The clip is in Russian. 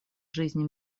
жизни